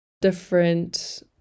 different